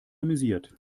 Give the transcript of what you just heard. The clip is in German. amüsiert